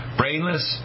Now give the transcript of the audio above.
brainless